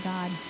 God